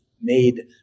made